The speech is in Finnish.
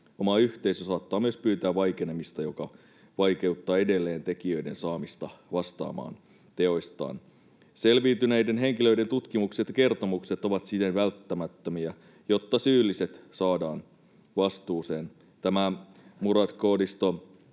Oma yhteisö saattaa myös pyytää vaikenemista, mikä vaikeuttaa edelleen tekijöiden saamista vastaamaan teoistaan. Selviytyneiden henkilöiden tutkimukset ja kertomukset ovat siten välttämättömiä, jotta syylliset saadaan vastuuseen. Tämä Murad-koodisto